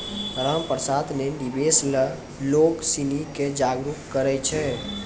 रामप्रसाद ने निवेश ल लोग सिनी के जागरूक करय छै